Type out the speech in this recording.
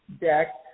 deck